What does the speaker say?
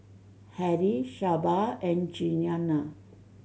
Hedy Shelba and Jeana